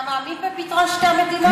אתה מאמין בפתרון שתי המדינות?